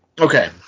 Okay